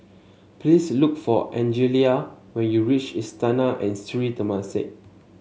please look for Angelia when you reach Istana and Sri Temasek